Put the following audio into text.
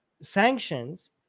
sanctions